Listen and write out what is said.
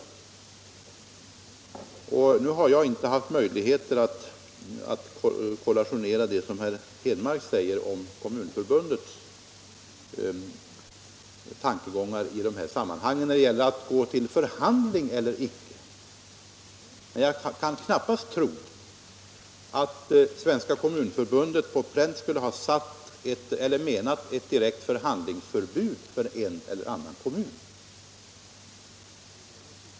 113 Jag har inte haft möjligheter att kollationera det som herr Henmark sade om Kommunförbundets tankegångar i dessa sammanhang när det gäller att gå till förhandlingar eller icke. Men jag kan knappast tro att Svenska kommunförbundet skulle ha avsett ett direkt förhandlingsbud för en eller annan kommun.